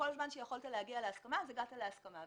כל זמן שיכולת להגיע להסכמה, הגעת להסכמה.